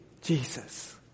Jesus